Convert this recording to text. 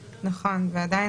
לוועדה,